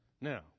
Now